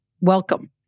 Welcome